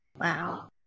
wow